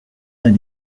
del